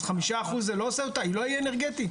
אז חמישה אחוז היא לא תהיה אנרגטית.